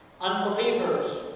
Unbelievers